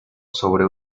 sobre